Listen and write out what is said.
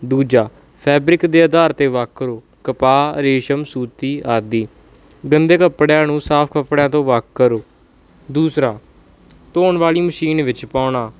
ਦੂਜਾ ਫੈਬਰਿਕ ਦੇ ਅਧਾਰ 'ਤੇ ਵੱਖ ਕਰੋ ਕਪਾਹ ਰੇਸ਼ਮ ਸੂਤੀ ਆਦਿ ਗੰਦੇ ਕੱਪੜਿਆਂ ਨੂੰ ਸਾਫ ਕੱਪੜਿਆਂ ਤੋਂ ਵੱਖ ਕਰੋ ਦੂਸਰਾ ਧੋਣ ਵਾਲੀ ਮਸ਼ੀਨ ਵਿੱਚ ਪਾਉਣਾ